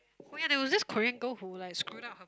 oh ya there was this Korean girl who like screwed up her